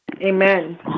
Amen